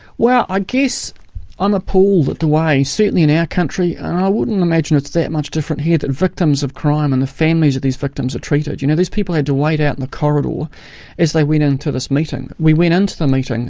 well ah i guess i'm appalled at the way, certainly in our country and i wouldn't imagine it's that much different here that victims of crime and the families of these victims are treated. you know, these people had to wait out in the corridor as they went into this meeting. we went into the meeting,